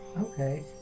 Okay